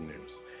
news